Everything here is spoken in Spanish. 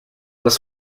las